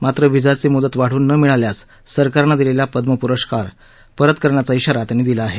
मात्र व्हिसाची मुदत वाढवून न मिळाल्यास सरकारने दिलेला पद्म पुरस्कार परत करण्याचा श्रारा त्यांनी दिला आहे